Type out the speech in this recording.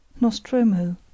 Nostromo